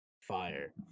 fire